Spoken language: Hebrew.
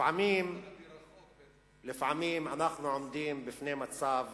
לפעמים אנחנו עומדים בפני מצב